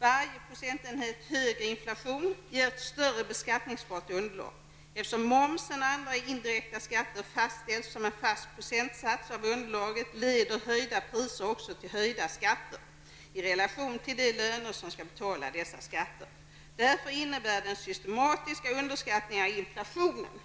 Varje procentenhet högre inflation ger ett större beskattningsbart underlag. Eftersom momsen och andra indirekta skatter fastställs som en fast procentsats av underlaget, leder höjda priser också till höjda skatter i relation till de löner som skall betala dessa skatter. Därför innebär den systematiska underskattningen av inflationen